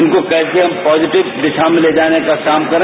इनको हम कैसे पॉजिटिव दिशा में ले जाने का काम करें